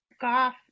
golf